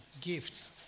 gifts